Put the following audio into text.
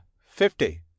fifty